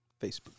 Facebook